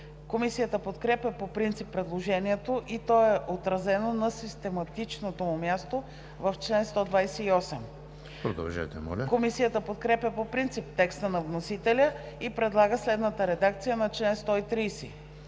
Комисията подкрепя по принцип предложението и то е отразено на систематичното му място в чл. 128. Комисията подкрепя по принцип текста на вносителя и предлага следната редакция на чл. 130: